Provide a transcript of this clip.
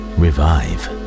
revive